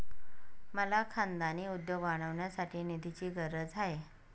मला खानदानी उद्योग वाढवण्यासाठी निधीची गरज आहे